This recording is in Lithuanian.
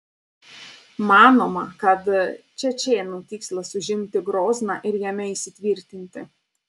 manoma kad čečėnų tikslas užimti grozną ir jame įsitvirtinti